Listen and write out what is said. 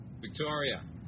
Victoria